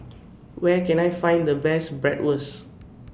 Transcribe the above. Where Can I Find The Best Bratwurst